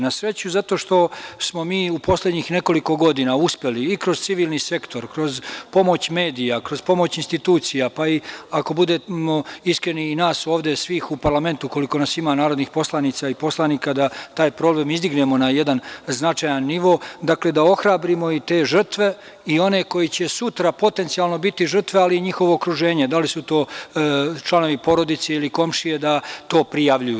Na sreću, zato što smo mi u poslednjih nekoliko godina uspeli i kroz civilni sektor, kroz pomoć medija, kroz pomoć institucija, pa, ako budemo iskreni, i nas ovde svih u parlamentu koliko nas ima narodnih poslanica i poslanika, da taj problem izdignemo na jedan značajan nivo, dakle, da ohrabrimo i te žrtve i one koji će sutra potencijalno biti žrtve, ali i njihovo okruženje, da li su to članovi porodice ili komšije, da to prijavljuju.